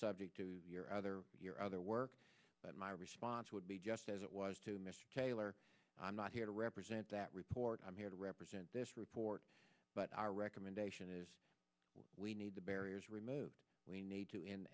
subject to your other your other work but my response would be just as it was to mr taylor i'm not here to represent that report i'm here to represent this report but our recommendation is we need the barriers removed we need to